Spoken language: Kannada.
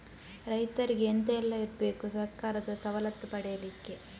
ರೈತರಿಗೆ ಎಂತ ಎಲ್ಲ ಇರ್ಬೇಕು ಸರ್ಕಾರದ ಸವಲತ್ತು ಪಡೆಯಲಿಕ್ಕೆ?